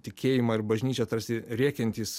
tikėjimą ir bažnyčią tarsi rėkiantys